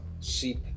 seep